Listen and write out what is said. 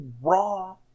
Raw